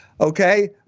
Okay